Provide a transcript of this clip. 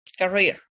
career